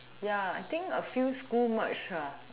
ya I think a few school merge ah